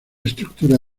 estructura